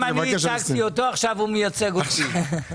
ייצגתי אותו ועכשיו הוא מייצג אותי.